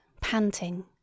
panting